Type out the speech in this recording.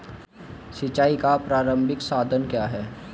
सिंचाई का प्रारंभिक साधन क्या है?